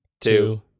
two